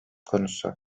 konusu